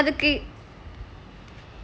எனக்கு எந்த:enakku endha super power